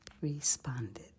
responded